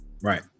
Right